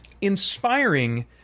inspiring